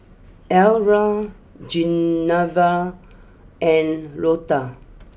Elmyra Genevra and Loda